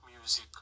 music